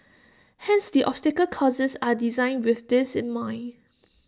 hence the obstacle courses are designed with this in mind